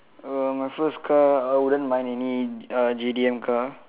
err my first car I wouldn't mind any uh J_D_M car